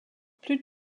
plus